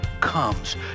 comes